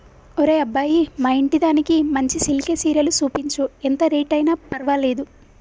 ఒరే అబ్బాయి మా ఇంటిదానికి మంచి సిల్కె సీరలు సూపించు, ఎంత రేట్ అయిన పర్వాలేదు